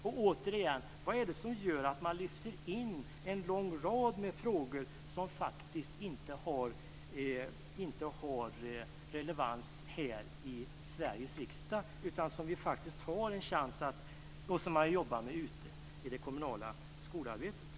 Och återigen: Vad är det som gör att man lyfter in en hel rad frågor som faktiskt inte har relevans här i Sveriges riksdag, utan som man jobbar med ute i det kommunala skolarbetet?